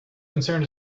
concern